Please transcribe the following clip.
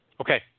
Okay